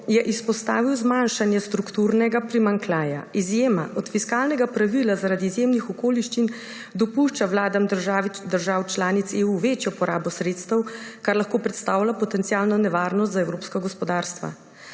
je izpostavil zmanjšanje strukturnega primanjkljaja. Izjema od fiskalnega pravila zaradi izjemnih okoliščin dopušča vladam držav članic EU večjo porabo sredstev, kar lahko predstavlja potencialno nevarnost za evropska gospodarstva.